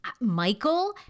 Michael